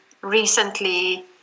recently